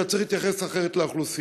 אתה צריך להתייחס אחרת לאוכלוסייה.